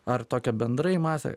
ar tokią bendrai masę